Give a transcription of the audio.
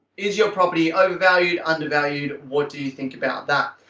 is your property overvalued? undervalued? what do you think about that?